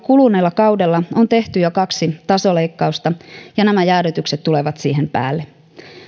kuluneella kaudella on tehty jo kaksi tasoleikkausta ja nämä jäädytykset tulevat siihen päälle